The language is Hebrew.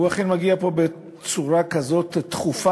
הוא אכן מגיע לפה בצורה כזאת תכופה,